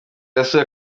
yasuye